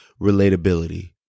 relatability